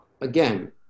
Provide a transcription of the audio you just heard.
Again